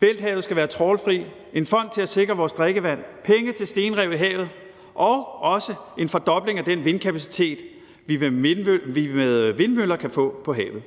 Bælthavet skal være trawlfrit, en fond til at sikre vores drikkevand, penge til stenrev i havet og også en fordobling af den vindkapacitet, vi med vindmøller kan få på havet.